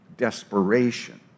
desperation